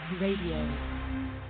Radio